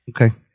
Okay